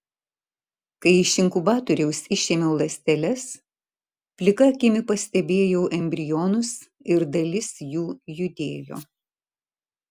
kai iš inkubatoriaus išėmiau ląsteles plika akimi pastebėjau embrionus ir dalis jų judėjo